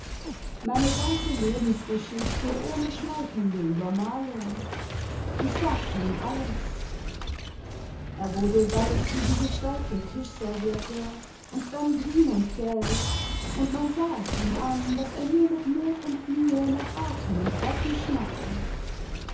meine ganze lebensgeschichte ohne schmeichelnde übermalung ich sagte ihm alles er wurde weiß wie die gestärkte tischserviette und dann grün und gelb und man sah ihm an daß er nur mit not und mühe nach atem und worten schnappte